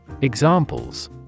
Examples